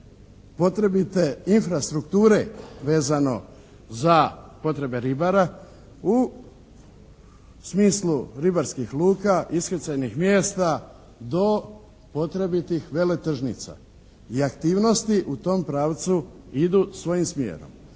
potrebite infrastrukture vezano za potrebe ribara u smislu ribarskih luka, iskrcajnih mjesta do potrebitih veletržnica i aktivnosti u tom pravcu idu svojim smjerom.